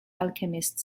alchemist